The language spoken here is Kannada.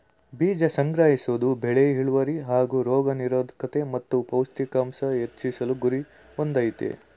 ಬೀಜ ಸಂಗ್ರಹಿಸೋದು ಬೆಳೆ ಇಳ್ವರಿ ಹಾಗೂ ರೋಗ ನಿರೋದ್ಕತೆ ಮತ್ತು ಪೌಷ್ಟಿಕಾಂಶ ಹೆಚ್ಚಿಸುವ ಗುರಿ ಹೊಂದಯ್ತೆ